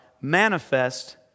manifest